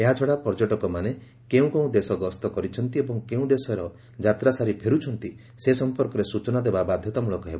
ଏହାଛଡ଼ା ପର୍ଯ୍ୟଟକମାନେ କେଉଁ କେଉଁ ଦେଶ ଗସ୍ତ କରିଛନ୍ତି ଏବଂ କେଉଁ ଦେଶର ଯାତ୍ରା ସାରି ଫେରୁଛନ୍ତି ସେ ସମ୍ପର୍କରେ ସ୍ଟଚନା ଦେବା ବାଧ୍ୟତାମୂଳକ ହେବ